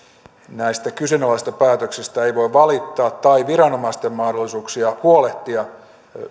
näistä kyseenalaisista päätöksistä ei voi valittaa tai jos viranomaisten mahdollisuuksia huolehtia